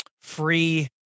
free